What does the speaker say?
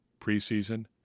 preseason